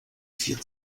vier